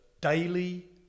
daily